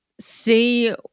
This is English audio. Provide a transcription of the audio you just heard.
see